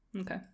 Okay